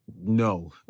no